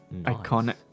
iconic